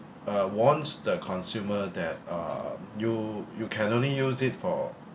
uh warns the consumer that uh you you can only use it for